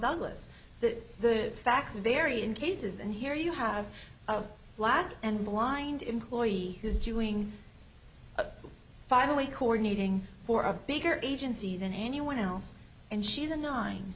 douglas that the facts vary in cases and here you have a lot and maligned employee who's doing finally coordinating for a bigger agency than anyone else and she's a nine